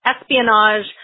espionage